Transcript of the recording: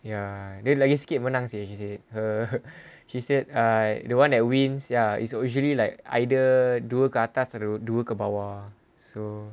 ya dia lagi sikit menang seh she said err she said err the one that wins ya it's usually like either dua ke atas dua ke bawah so